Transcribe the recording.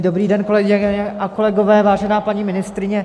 Dobrý den, kolegyně a kolegové, vážená paní ministryně.